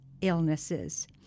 illnesses